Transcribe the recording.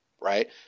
Right